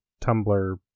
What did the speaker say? Tumblr